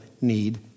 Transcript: need